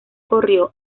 corrió